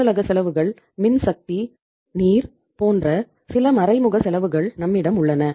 அலுவலக செலவுகள் மின் சக்தி நீர் போன்ற சில மறைமுக செலவுகள் நம்மிடம் உள்ளன